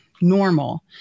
normal